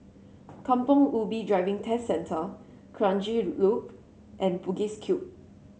Kampong Ubi Driving Test Centre Kranji Loop and Bugis Cube